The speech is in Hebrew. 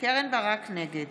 נגד